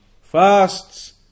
fasts